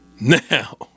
Now